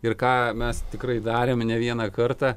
ir ką mes tikrai darėm ne vieną kartą